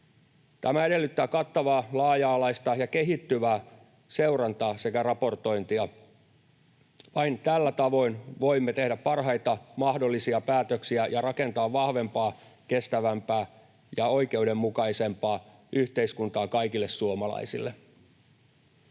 Tämä edellyttää kattavaa, laaja-alaista ja kehittyvää seurantaa sekä raportointia. Vain tällä tavoin voimme tehdä parhaita mahdollisia päätöksiä ja rakentaa vahvempaa, kestävämpää ja oikeudenmukaisempaa yhteiskuntaa kaikille suomalaisille.